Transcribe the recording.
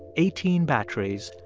eighteen batteries,